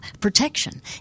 protection